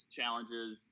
challenges